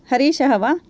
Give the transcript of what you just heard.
हरीशः वा